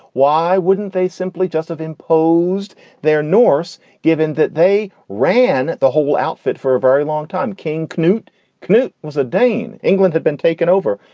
why wouldn't they simply just have imposed their norse given that they ran the whole outfit for a very long time? king canute canute was a dane. england had been taken over.